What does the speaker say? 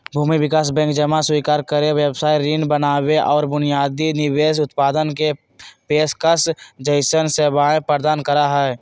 भूमि विकास बैंक जमा स्वीकार करे, व्यवसाय ऋण बनावे और बुनियादी निवेश उत्पादन के पेशकश जैसन सेवाएं प्रदान करा हई